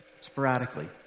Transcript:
sporadically